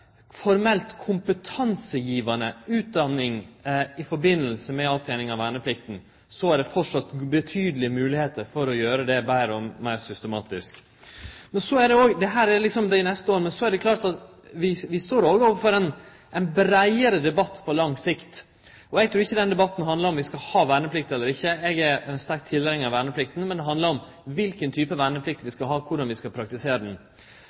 kompetansegivande utdanning i samband med avtening av verneplikta, er det framleis betydelege moglegheiter for å gjere det betre og meir systematisk. Dette gjeld dei neste åra, men det er òg klart at vi står overfor ein breiare debatt på lang sikt. Eg trur ikkje den debatten handlar om om vi skal ha verneplikt eller ikkje – eg er sterk tilhengar av verneplikta – men om kva type verneplikt vi skal ha, og korleis vi skal praktisere ho. Under den